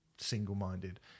single-minded